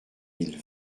mille